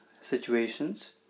situations